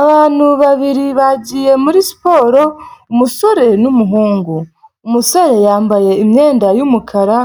Abantu babiri bagiye muri siporo, umusore n'umuhungu. Umusore yambaye imyenda yumukara